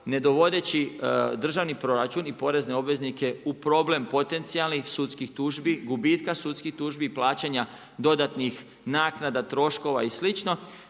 ne dovodeći državni proračun i porezne obveznike u problem potencijalnih sudskih tužbi, gubitka sudskih tužbi, plaćanja dodatnih naknada troškova i